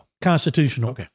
constitutional